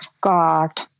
God